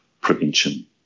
prevention